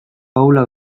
ahulak